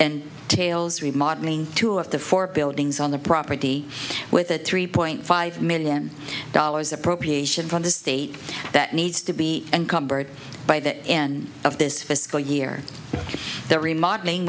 and tails remodelling two of the four buildings on the property with a three point five million dollars appropriation from the state that needs to be encumbered by the end of this fiscal year the remodelling